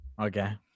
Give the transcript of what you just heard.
Okay